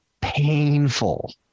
painful